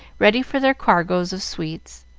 ready for their cargoes of sweets.